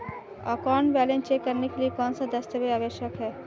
Account balance check करने के लिए कौनसे दस्तावेज़ आवश्यक हैं?